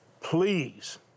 Please